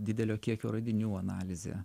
didelio kiekio radinių analizė